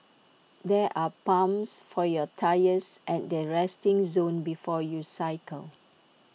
there are pumps for your tyres at the resting zone before you cycle